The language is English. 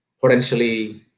potentially